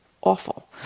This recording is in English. awful